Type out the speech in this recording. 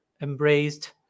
embraced